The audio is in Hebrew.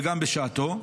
וגם בשעתו,